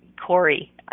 Corey